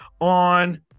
on